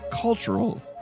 cultural